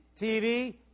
TV